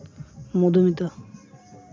Madhumita